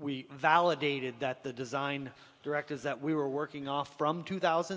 we validated that the design directives that we were working off from two thousand